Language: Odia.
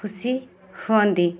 ଖୁସି ହୁଅନ୍ତି